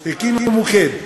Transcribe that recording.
הקימו מוקד.